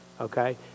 okay